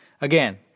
Again